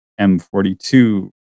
M42